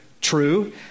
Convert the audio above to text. true